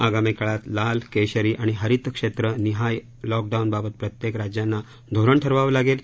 आगामी काळात लाल केशरी आणि हरित क्षेत्र निहाय लॉकडाऊनबाबत प्रत्येक राज्यांना धोरण ठरवावे लागेल